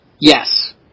Yes